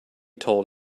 told